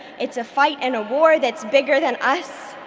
it's a fight and a war that's bigger than us,